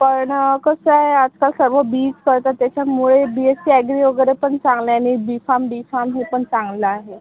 पण कसं आहे आता सर्व बी ईच करतात त्याच्यामुळे बी एससी ॲग्री वगैरे पण चांगलं आहे आणि बी फार्म डी फार्म हे पण चांगलं आहे